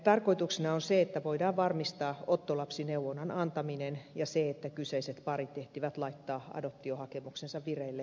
tarkoituksena on se että voidaan varmistaa ottolapsineuvonnan antaminen ja se että kyseiset parit ehtivät laittaa adoptiohakemuksensa vireille määräajassa